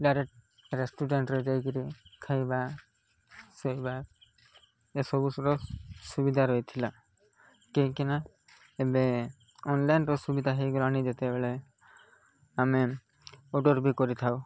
direct ରେଷ୍ଟୁରାଣ୍ଟରେ ଯାଇ କିରି ଖାଇବା ଶୋଇବା ଏସବୁୁର ସୁବିଧା ରହିଥିଲା କାହିଁକି ନା ଏବେ ଅନଲାଇନ୍ର ସୁବିଧା ହେଇଗଲାଣି ଯେତେବେଳେ ଆମେ ଅର୍ଡ଼ର୍ ବି କରିଥାଉ